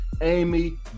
Amy